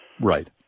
Right